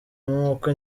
nk’uko